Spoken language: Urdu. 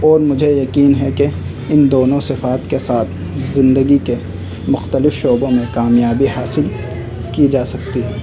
اور مجھے یقین ہے کہ ان دونوں صفات کے ساتھ زندگی کے مختلف شعبوں میں کامیابی حاصل کی جا سکتی ہے